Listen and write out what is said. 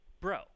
bro